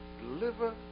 Deliver